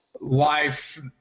life